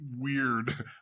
weird